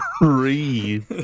breathe